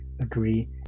agree